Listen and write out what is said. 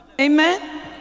Amen